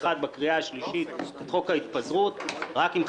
בקריאה שלישית את חוק ההתפזרות רק אם,